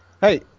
hey